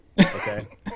Okay